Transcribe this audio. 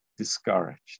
Discouraged